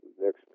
next